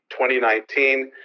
2019